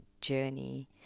journey